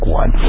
one